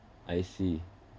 I see